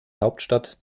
hauptstadt